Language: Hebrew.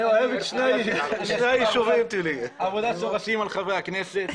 עשיתי עבודת שורשים על חברי הכנסת.